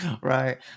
Right